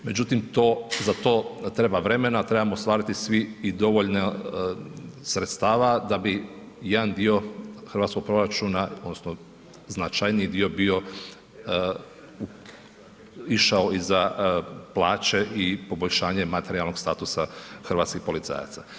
Međutim za to treba vremena, trebamo ostvariti svi i dovoljno sredstava da bi jedan dio hrvatskog proračuna odnosno značajniji dio bio, išao i za plaće i poboljšanje materijalnog statusa hrvatskih policajaca.